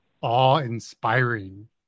awe-inspiring